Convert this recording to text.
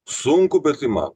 sunku bet ima